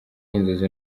inzozi